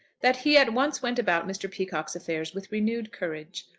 that he at once went about mr. peacocke's affairs with renewed courage.